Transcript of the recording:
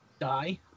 die